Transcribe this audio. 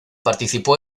participó